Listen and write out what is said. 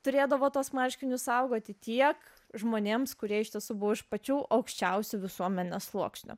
turėdavo tuos marškinius saugoti tiek žmonėms kurie iš tiesų buvo iš pačių aukščiausių visuomenės sluoksnių